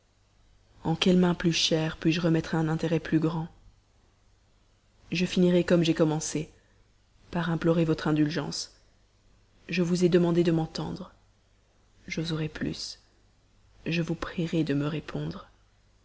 en quelles mains plus chères puis-je remettre un intérêt plus grand je finirai comme j'ai commencé par implorer votre indulgence je vous ai demandé de m'entendre j'oserai plus je vous prierai de me répondre